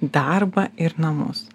darbą ir namus